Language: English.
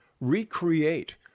recreate